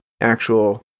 actual